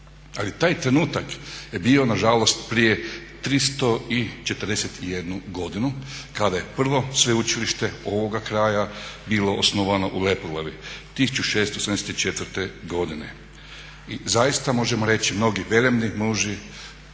Ali taj trenutak je bio nažalost prije 341 godinu kada je prvo sveučilište ovoga kraja bilo osnovano u Lepoglavi, 1674. godine. I zaista možemo reći mnogi velebni muži